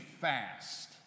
fast